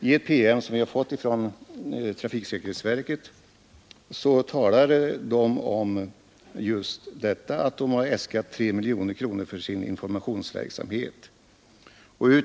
I en PM som kommit från trafiksäkerhetsverket talar man just om att man äskat 3 miljoner kronor för sin informationsverksamhet.